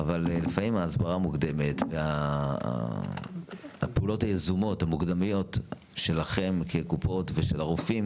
אבל לפעמים הסברה מוקדמת ופעולות יזומות מקדמיות של הקופות ושל רופאים